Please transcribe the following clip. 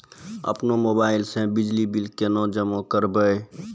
अपनो मोबाइल से बिजली बिल केना जमा करभै?